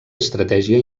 estratègia